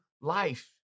life